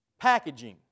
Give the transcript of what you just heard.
Packaging